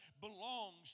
belongs